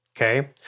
okay